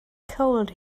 cold